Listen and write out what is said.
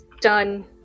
done